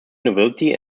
university